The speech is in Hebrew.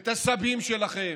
את הסבים שלכם,